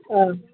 ꯑ